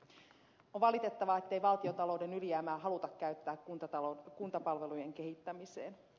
on valitettavaa ettei valtiontalouden ylijäämää haluta käyttää kuntapalvelujen kehittämiseen